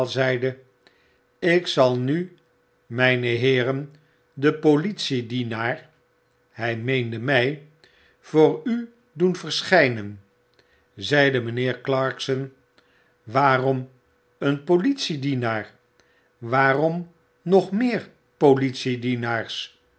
ik zal nu myneheeren de politiedienaar hy meende my voor u doen verschynen zeide mijnheer clarkson w aarom een politiedienaar waarom nog meer politiedienaars